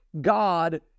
God